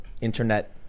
internet